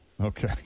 Okay